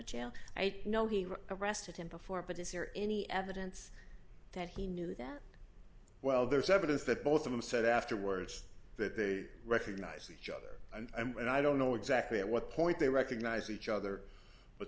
have arrested him before but is there any evidence that he knew that well there's evidence that both of them said afterwards that they recognize each other and i don't know exactly at what point they recognize each other but